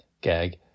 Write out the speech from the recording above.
gag